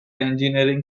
engineering